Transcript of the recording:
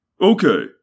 Okay